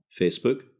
Facebook